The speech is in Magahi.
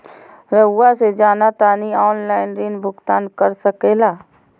रहुआ से जाना तानी ऑनलाइन ऋण भुगतान कर सके ला?